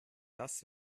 das